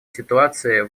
ситуация